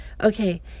Okay